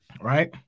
right